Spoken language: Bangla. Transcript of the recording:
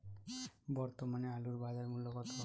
বর্তমানে আলুর বাজার মূল্য কত?